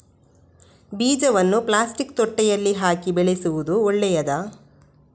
ಬೀಜವನ್ನು ಪ್ಲಾಸ್ಟಿಕ್ ತೊಟ್ಟೆಯಲ್ಲಿ ಹಾಕಿ ಬೆಳೆಸುವುದು ಒಳ್ಳೆಯದಾ?